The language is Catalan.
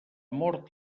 mort